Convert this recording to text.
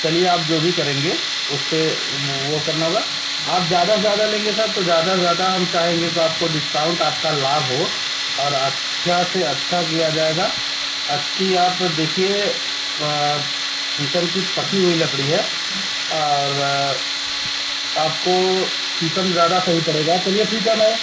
चलिए आप जो भी करेंगे उस पर वह वह करना होगा आप ज़्यादा से ज़्यादा लेंगें साहब तो ज़्यादा से ज़्यादा हम चाहेंगे कि आपको डिस्काउंट आपका लाभ हो और अच्छा से अच्छा किया जाएगा अच्छी आप देखिए शीशम की पकी हुई लकड़ी है और आपको शीशम ज़्यादा सही पड़ेगा चलिए ठीक है मैं